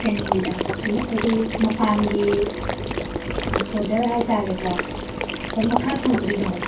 ꯀꯩꯅꯣꯅꯤꯗ ꯃꯈꯣꯏꯒꯤ ꯃꯄꯥꯟꯒꯤ ꯕꯣꯗꯔ ꯍꯥꯏꯇꯔꯦꯀꯣ ꯑꯗꯣꯝ ꯃꯈꯥ ꯊꯪꯕꯒꯤꯗꯣ